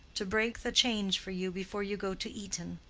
to break the change for you before you go to eton.